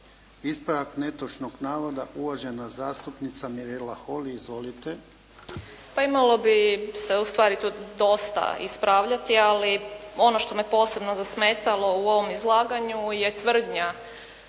Ispravak netočnog navoda uvažena zastupnica Mirela Holy. Izvolite. **Holy, Mirela (SDP)** Pa imalo bi se tu ustvari dosta raspravljati, ali ono što me posebno zasmetalo u ovom izlaganju je tvrdnja